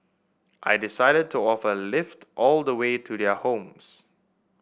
I decided to offer a lift all the way to their homes